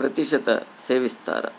ಪ್ರತಿಶತ ಸೇವಿಸ್ತಾರ